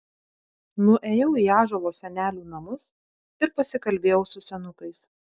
nuėjau į ąžuolo senelių namus ir pasikalbėjau su senukais